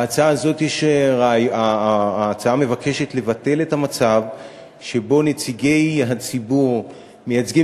ההצעה הזאת מבקשת לבטל את המצב שבו נציגי הציבור מייצגים